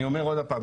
אני אומר עוד פעם,